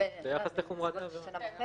ביחס לחומרת העבירה.